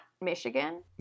Michigan